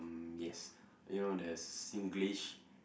yes you know the Singlish